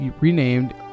renamed